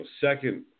second